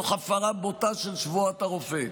תוך הפרה בוטה של שבועת הרופא.